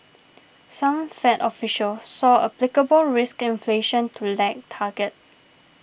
some Fed officials saw applicable risk inflation to lag target